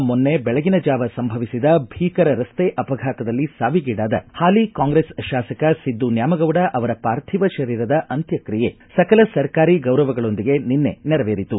ಬಾಗಲಕೋಟೆ ಜಿಲ್ಲೆಯ ತುಳಸಿಗೇರಿ ಸಮೀಪ ಮೊನ್ನೆ ಬೆಳಗಿನ ಜಾವ ಸಂಭವಿಸಿದ ಭೀಕರ ರಸ್ತೆ ಅಪಘಾತದಲ್ಲಿ ಸಾವಿಗೀಡಾದ ಹಾಲಿ ಕಾಂಗ್ರೆಸ್ ಶಾಸಕ ಸಿದ್ದು ನ್ಯಾಮಗೌಡ ಅವರ ಪಾರ್ಥಿವ ಶರೀರದ ಅಂತ್ಯಕ್ರಿಯೆ ಸಕಲ ಸರ್ಕಾರಿ ಗೌರವಗಳೊಂದಿಗೆ ನಿನ್ನೆ ನೆರವೇರಿತು